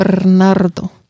Bernardo